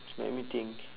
let me think